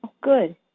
Good